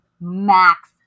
max